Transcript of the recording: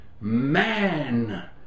man